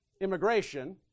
Immigration